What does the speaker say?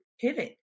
pivot